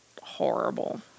horrible